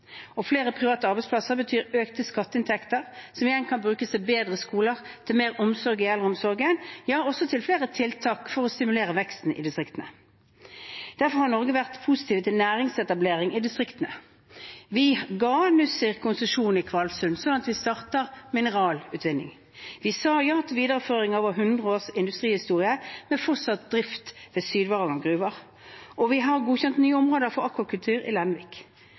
Norge. Flere private arbeidsplasser betyr økte skatteinntekter, som igjen kan brukes til bedre skoler, til mer omsorg i eldreomsorgen og også til flere tiltak for å stimulere veksten i distriktene. Derfor har Norge vært positiv til næringsetablering i distriktene. Vi ga Nussir konsesjon i Kvalsund, slik at vi starter med mineralutvinning. Vi sa ja til videreføring av over 100 års industrihistorie med fortsatt drift ved Sydvaranger gruve. Og vi har godkjent nye områder for akvakultur i Lenvik.